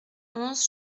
onze